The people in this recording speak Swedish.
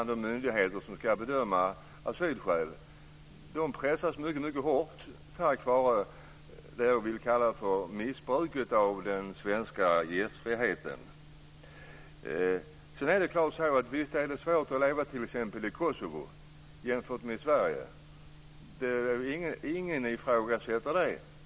De myndigheter som ska bedöma asylskäl pressas mycket hårt på grund av det som jag vill kalla för missbruk av den svenska gästfriheten. Sedan är det klart att det är svårt att leva t.ex. i Kosovo jämfört med Sverige. Ingen ifrågasätter det.